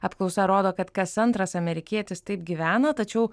apklausa rodo kad kas antras amerikietis taip gyvena tačiau